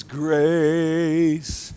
grace